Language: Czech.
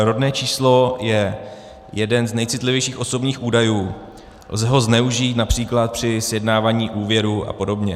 Rodné číslo je jeden z nejcitlivějších osobních údajů, lze ho zneužít například při sjednávání úvěru a podobně.